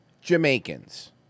Jamaicans